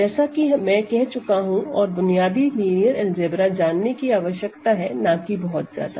जैसा कि मैं कह चुका हूं कि और बुनियादी लिनियर अलजेब्रा जानने की आवश्यकता है ना कि बहुत ज्यादा